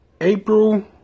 April